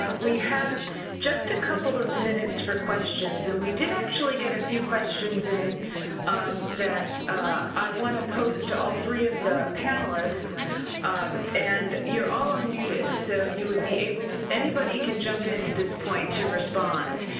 ah we have just a couple of minutes for questions and we did actually get a few questions in that i want to pose to all three of the panelists and you're all unmuted, so you would be able, anybody can jump in at this point to respond.